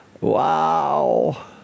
Wow